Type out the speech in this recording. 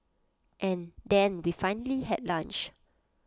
and then we finally had lunch